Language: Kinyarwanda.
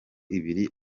ibiri